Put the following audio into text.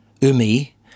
Umi